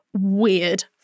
weird